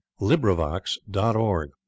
LibriVox.org